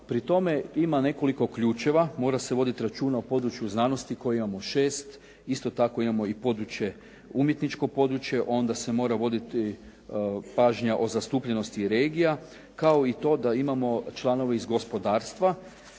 Pri tome ima nekoliko ključeva, mora se voditi računa o području znanosti koje imamo 6, isto tako imamo i područje umjetničko područje, onda se mora voditi pažnja o zastupljenosti regija, kao i to da imamo članove iz gospodarstva,